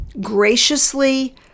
graciously